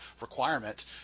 requirement